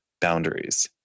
boundaries